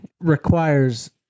requires